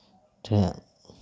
ᱴᱷᱮᱱᱟᱜ